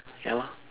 ya loh